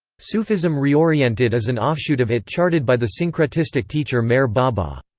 sufism reoriented is an offshoot of it charted by the syncretistic teacher meher baba.